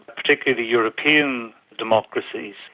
particularly the european democracies,